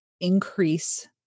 increase